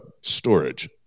storage